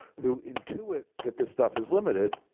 who intuit that this stuff is limited,